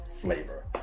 flavor